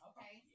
Okay